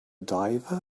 diver